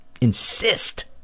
Insist